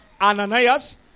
Ananias